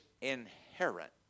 inherent